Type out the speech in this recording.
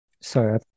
sorry